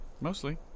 Mostly